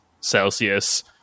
Celsius